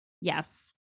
Yes